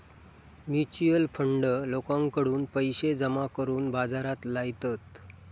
mutual fund लोकांकडून पैशे जमा करून बाजारात लायतत